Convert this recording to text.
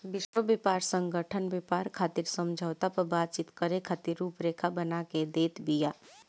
विश्व व्यापार संगठन व्यापार खातिर समझौता पअ बातचीत करे खातिर रुपरेखा बना के देत बिया